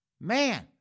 man